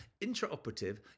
Intraoperative